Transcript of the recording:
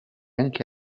anche